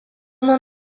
nuo